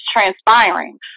transpiring